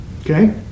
okay